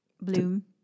Bloom